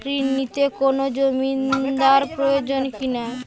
ঋণ নিতে কোনো জমিন্দার প্রয়োজন কি না?